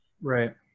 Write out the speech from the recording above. Right